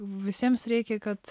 visiems reikia kad